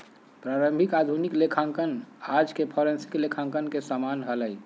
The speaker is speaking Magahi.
प्रारंभिक आधुनिक लेखांकन आज के फोरेंसिक लेखांकन के समान हलय